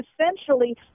essentially